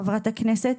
חברת הכנסת,